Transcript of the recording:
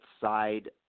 side